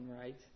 right